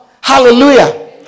Hallelujah